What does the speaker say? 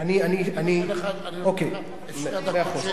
אני נותן לך את שתי הדקות,